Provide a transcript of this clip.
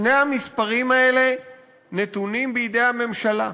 שני המספרים האלה נתונים בידי הממשלה.